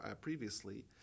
previously